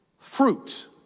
Fruit